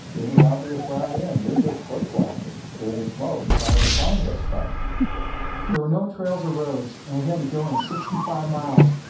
any obvious round end you're just bushwhacking through the smoke trying to find this thing there were no trails, or roads and we had to go in sixty five miles